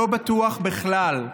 לא בטוח בכלל.